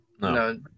No